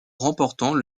remportant